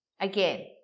Again